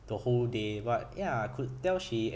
the whole day but ya I could tell she